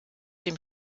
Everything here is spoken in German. dem